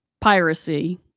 piracy